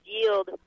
yield